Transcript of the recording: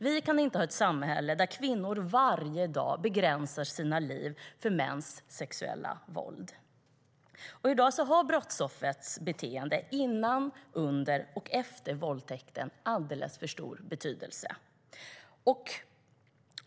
Vi kan inte ha ett samhälle där kvinnor varje dag begränsar sina liv för mäns sexuella våld.I dag har brottsoffrets beteende före, under och efter våldtäkten alldeles för stor betydelse.